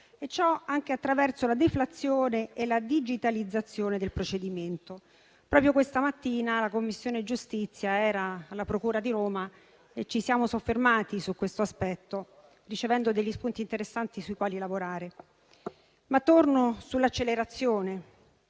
e ciò anche attraverso la deflazione e la digitalizzazione del procedimento. Proprio questa mattina la Commissione giustizia era alla procura di Roma e ci siamo soffermati su questo aspetto, ricevendo degli spunti interessanti sui quali lavorare. Tornando sull'accelerazione,